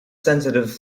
sensitive